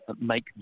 make